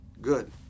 good